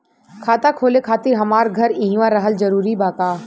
खाता खोले खातिर हमार घर इहवा रहल जरूरी बा का?